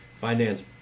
finance